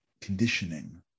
conditioning